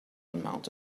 amount